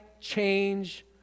change